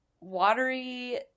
watery